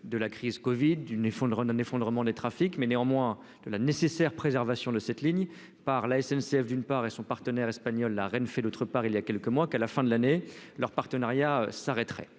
on le redonne l'effondrement des trafics mais néanmoins de la nécessaire préservation de cette ligne par la SNCF d'une part, et son partenaire espagnol, la reine fait d'autre part, il y a quelques mois, qu'à la fin de l'année leur partenariat s'arrêterait,